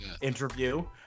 interview